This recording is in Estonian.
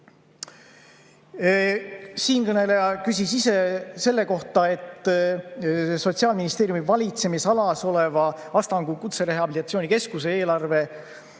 Siinkõneleja küsis selle kohta, et Sotsiaalministeeriumi valitsemisalas oleva Astangu Kutserehabilitatsiooni Keskuse eelarve